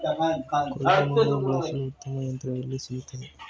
ಕುಯ್ಲು ಮಾಡಲು ಬಳಸಲು ಉತ್ತಮ ಯಂತ್ರ ಎಲ್ಲಿ ಸಿಗುತ್ತದೆ?